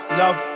love